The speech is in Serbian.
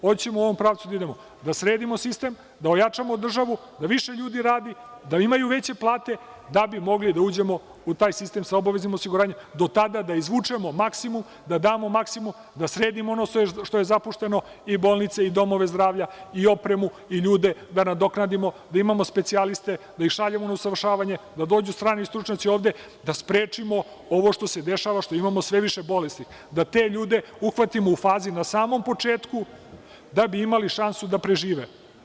Hoćemo da idemo u ovom pravcu da sredimo sistem, da ojačamo državu, da više ljudi radi, da imaju veće plate da bi mogli da uđemo u taj sistem sa obaveznim osiguranjem, a do tada da izvučemo maksimum i da sredimo sve što je zapušteno i bolnice i domove zdravlja i opremu i ljude, da nadoknadimo, da imamo specijaliste, da ih šaljemo na usavršavanje, da dođu strani stručnjaci ovde, da sprečimo ovo što se dešava i što imamo sve više bolesnih i da te ljude uhvatimo u fazi na samom početku da bi imali šansu da prežive.